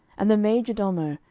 and the major-domo,